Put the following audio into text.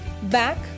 Back